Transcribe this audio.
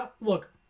Look